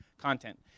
content